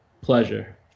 pleasure